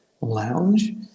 lounge